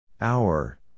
Hour